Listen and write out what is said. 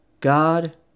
God